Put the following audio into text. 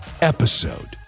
episode